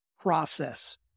process